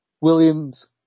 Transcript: Williams